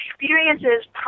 experiences